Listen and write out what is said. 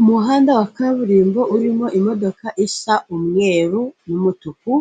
Umuhanda wa kaburimbo urimo imodoka isa umweru n'umutuku,